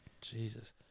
Jesus